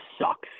sucks